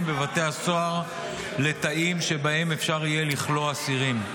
בבתי הסוהר לתאים שבהם אפשר יהיה לכלוא אסירים.